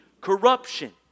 corruption